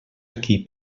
aquí